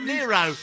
Nero